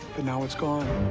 but now it's gone.